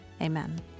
amen